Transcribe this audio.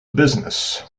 business